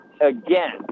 Again